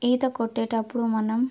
ఈత కొట్టేటప్పుడు మనం